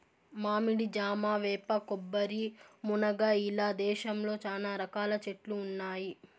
మామిడి, జామ, వేప, కొబ్బరి, మునగ ఇలా దేశంలో చానా రకాల చెట్లు ఉన్నాయి